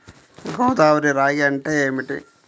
గోదావరి రాగి అంటే ఏమిటి?